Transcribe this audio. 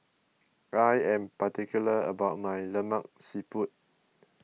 I am particular about my Lemak Siput